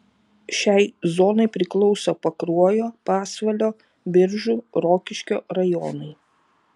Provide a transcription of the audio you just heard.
šiai zonai priklauso pakruojo pasvalio biržų rokiškio rajonai